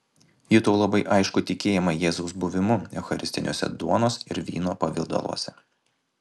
jutau labai aiškų tikėjimą jėzaus buvimu eucharistiniuose duonos ir vyno pavidaluose